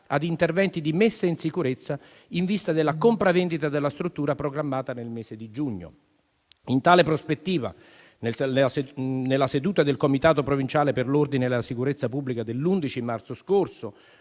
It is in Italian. a interventi di messa in sicurezza in vista della compravendita della struttura programmata nel mese di giugno. In tale prospettiva, nella seduta del Comitato provinciale per l'ordine e la sicurezza pubblica dell'11 marzo scorso,